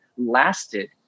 lasted